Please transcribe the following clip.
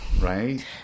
right